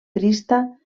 trista